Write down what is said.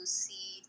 see